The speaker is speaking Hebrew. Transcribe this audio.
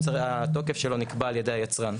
התוקף שלו נקבע על ידי היצרן.